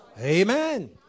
Amen